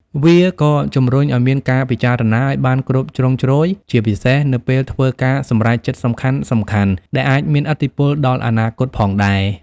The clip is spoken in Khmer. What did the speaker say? វាក៏ជំរុញឱ្យមានការពិចារណាឱ្យបានគ្រប់ជ្រុងជ្រោយ ជាពិសេសនៅពេលធ្វើការសម្រេចចិត្តសំខាន់ៗ ដែលអាចមានឥទ្ធិពលដល់អនាគតផងដែរ។